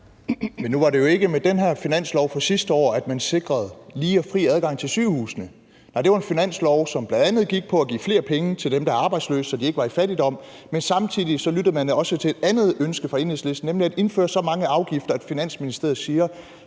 Men nu var det jo ikke med den her finanslov for sidste år, at man sikrede lige og fri adgang til sygehusene. Nej, det var en finanslov, som bl.a. gik på at give flere penge til dem, der er arbejdsløse, så de ikke var i fattigdom. Samtidig lyttede man også til et andet ønske fra Enhedslisten, nemlig at indføre så mange afgifter, at Finansministeriet siger,